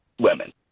women